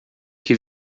que